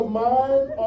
mind